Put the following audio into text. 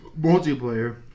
Multiplayer